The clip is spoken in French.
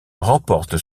remporte